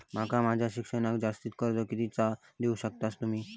माका माझा शिक्षणाक जास्ती कर्ज कितीचा देऊ शकतास तुम्ही?